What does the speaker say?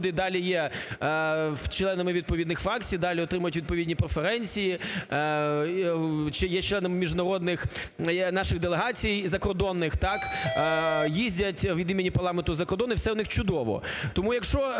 далі є членами відповідних фракцій, далі отримують відповідні преференції чи є членами міжнародних наших делегацій закордонних, так, їздять від імені парламенту за кордон і все в них чудово.